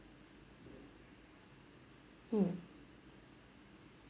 mm